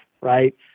Right